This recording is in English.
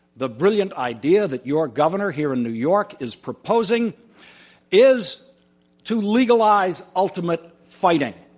the brilliant idea that your governor here in new york is proposing is to legalize ultimate fighting.